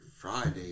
Friday